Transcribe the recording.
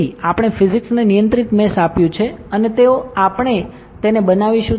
તેથી આપણે ફિઝિક્સને નિયંત્રિત મેશ આપ્યું છે અને તેઓ આપણે તેને બનાવીશું